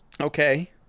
okay